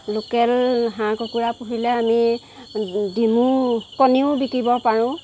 local হাঁহ কুকুৰা পোহিলে আমি ডিমো কণীও বিকিব পাৰো